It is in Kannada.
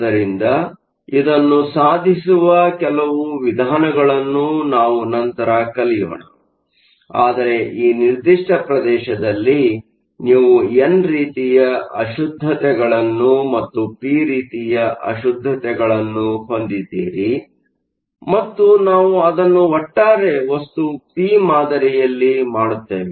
ಆದ್ದರಿಂದ ಇದನ್ನು ಸಾಧಿಸುವ ಕೆಲವು ವಿಧಾನಗಳನ್ನು ನಾವು ನಂತರ ಕಲಿಯೋಣ ಆದರೆ ಈ ನಿರ್ದಿಷ್ಟ ಪ್ರದೇಶದಲ್ಲಿ ನೀವು ಎನ್ ರೀತಿಯ ಅಶುದ್ಧಗಳನ್ನು ಮತ್ತು ಪಿ ರೀತಿಯ ಅಶುದ್ಧಗಳನ್ನು ಹೊಂದಿದ್ದೀರಿ ಮತ್ತು ನಾವು ಅದನ್ನು ಒಟ್ಟಾರೆ ವಸ್ತುವು ಪಿ ಮಾದರಿಯ ರೀತಿಯಲ್ಲಿ ಮಾಡುತ್ತೇವೆ